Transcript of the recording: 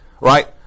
Right